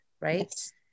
right